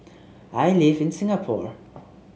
I live in Singapore